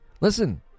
Listen